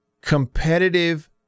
competitive